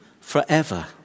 forever